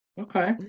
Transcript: Okay